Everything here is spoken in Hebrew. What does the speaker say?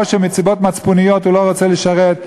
או שמסיבות מצפוניות הוא לא רוצה לשרת,